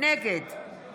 נגד